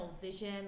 vision